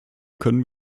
können